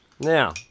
Now